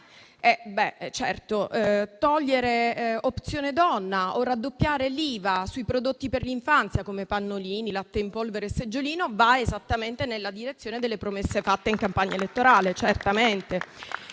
la genitorialità. Togliere Opzione donna o raddoppiare l'IVA sui prodotti per l'infanzia come pannolini, latte in polvere e seggiolino vanno esattamente nella direzione delle promesse fatte in campagna elettorale, certamente.